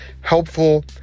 helpful